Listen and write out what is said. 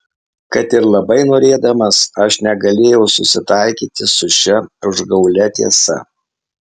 kad ir labai norėdamas aš negalėjau susitaikyti su šia užgaulia tiesa